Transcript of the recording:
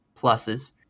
pluses